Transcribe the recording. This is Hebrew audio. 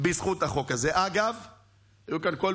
חוק הנשק שאני מדבר עליו זה חוק שבו